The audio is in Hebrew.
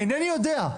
אינני יודע.